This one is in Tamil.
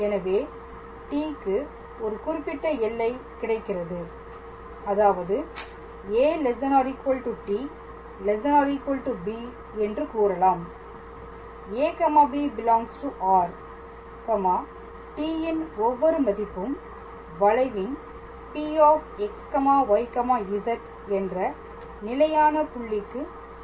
எனவே t க்கு ஒரு குறிப்பிட்ட எல்லை கிடைக்கிறது அதாவது a ≤ t ≤ b என்று கூறலாம் ab ∈ R t ன் ஒவ்வொரு மதிப்பும் வளைவின் Pxyz என்ற நிலையான புள்ளிக்கு செல்கிறது